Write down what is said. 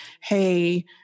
hey